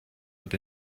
wird